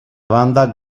banda